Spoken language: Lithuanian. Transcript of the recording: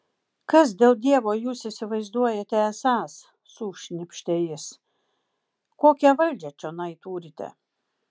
kas dėl dievo jūs įsivaizduojate esąs sušnypštė jis kokią valdžią čionai turite